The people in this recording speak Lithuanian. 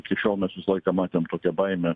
iki šiol mes visą laiką matėm tokią baimę